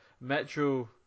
Metro